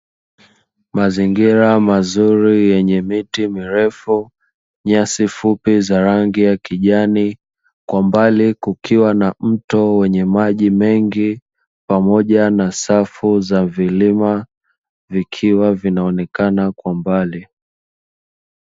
Mazingira mazuri yenye miti mirefu, nyasi fupi za rangi ya kijani. Kwa mbali kukiwa na mto wenye maji mengi pamoja na safu za vilima vikiwa vinaonekana kwa mbali.